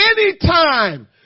Anytime